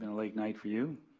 and blate night for you.